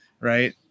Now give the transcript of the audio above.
right